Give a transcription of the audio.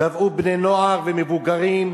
טבעו בני-נוער ומבוגרים